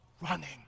running